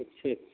اچھا